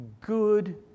good